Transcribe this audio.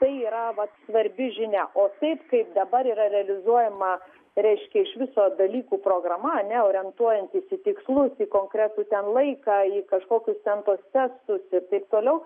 tai yra vat svarbi žinia o taip kaip dabar yra realizuojama reiškia iš viso dalykų programa ne orientuojantis į tikslus į konkretų ten laiką į kažkokius ten tuos tekstus ir taip toliau